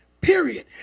period